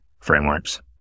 frameworks